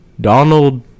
Donald